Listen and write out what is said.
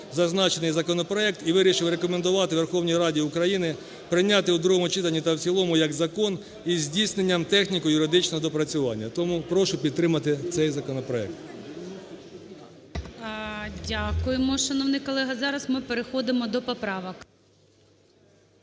зазначений законопроект і вирішив рекомендувати Верховній Раді України прийняти в другому читанні та в цілому як закон із здійсненням техніко-юридичного доопрацювання. Тому прошу підтримати цей законопроект. Веде засідання Перший заступник Голови